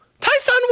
Tyson